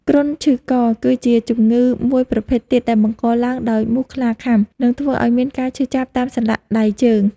គ្រុនឈីក គឺជាជំងឺមួយប្រភេទទៀតដែលបង្កឡើងដោយមូសខ្លាខាំ និងធ្វើឱ្យមានការឈឺចាប់តាមសន្លាក់ដៃជើង។